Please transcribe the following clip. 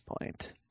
point